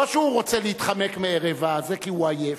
לא שהוא רוצה להתחמק מהערב הזה כי הוא עייף,